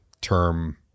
term